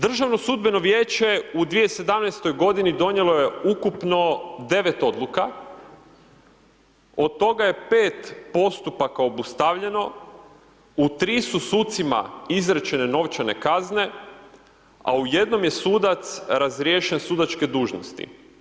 Državno sudbeno vijeće u 2017.g. donijelo je ukupno 9 odluka, od toga je 5 postupaka obustavljeno, u 3 su sucima izrečene novčane kazne, a u jednom je sudac razriješen sudačke dužnosti.